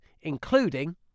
including